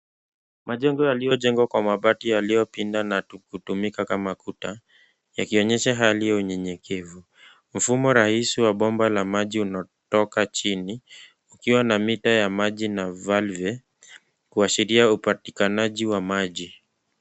Majengo yaliyojengwa kwa mabati yaliyopinda na kutumika kama kuta, yakionyesha hali ya unyenyekevu. Mfumo rahisi wa bomba la maji unatoka chini ukiwa na mita ya maji na valve kuashiria upatikanaji wa maji.